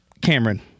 Cameron